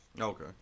Okay